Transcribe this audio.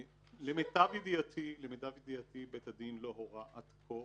למיטב ידיעתי, בית הדין לא הורה עד כה